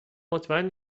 مطمئن